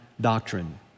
doctrine